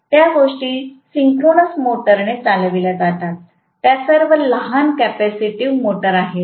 त्या गोष्टी सिंक्रोनस मोटर्सने चालवल्या जातात त्या सर्व लहान कॅपेसिटिव्ह मोटर्स आहेत